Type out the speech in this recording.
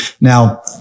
Now